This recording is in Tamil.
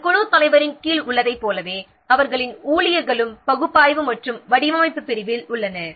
ஒரு குழுத் தலைவரின் கீழ் உள்ளதைப் போலவே அவர்களின் ஊழியர்களும் பகுப்பாய்வு மற்றும் வடிவமைப்பு பிரிவில் உள்ளனர்